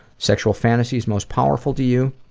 sexual fantasies most powerful to you,